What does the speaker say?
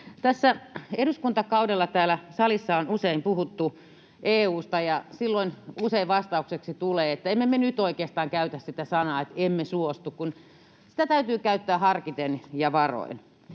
Tässä eduskuntakaudella täällä salissa on usein puhuttu EU:sta, ja silloin usein vastaukseksi tulee, että emme me nyt oikeastaan käytä sitä sanaa, että emme suostu, kun sitä täytyy käyttää harkiten ja varoen